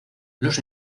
los